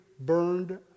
burned